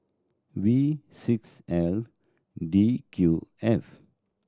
V six L D Q F